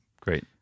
great